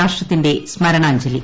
രാഷ്ട്രത്തിന്റെ സ്മരണാഞ്ജലി